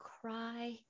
cry